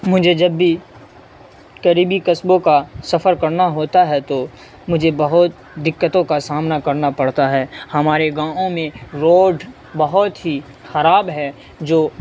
مجھے جب بھی قریبی قصبوں کا سفر کرنا ہوتا ہے تو مجھے بہت دقتوں کا سامنا کرنا پڑتا ہے ہمارے گاؤں میں روڈ بہت ہی خراب ہے جو